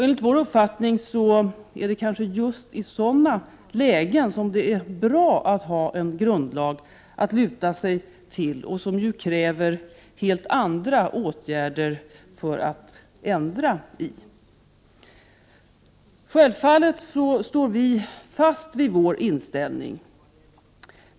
Enligt vår uppfattning är det kanske just i sådana lägen som det är bra att ha en grundlag att luta sig mot. Det bör krävas helt andra åtgärder för att kunna göra ändringar i den. Självfallet står vi i folkpartiet fast vid vår inställning.